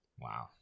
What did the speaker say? Wow